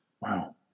Wow